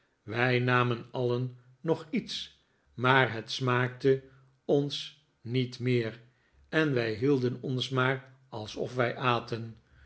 wij namen alien nog iets maar het smaakte ons niet meer en wij hielden ons maar alsof wij aten